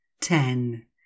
ten